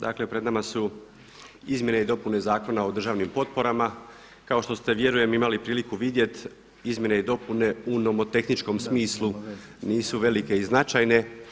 Dakle pred nama su izmjene i dopune Zakona o državnim potporama kao što ste vjerujem imali priliku vidjeti izmjene i dopune u nomotehničkom smislu nisu velike i značajne.